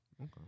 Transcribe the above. Okay